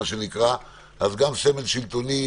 אז גם סמל שלטוני,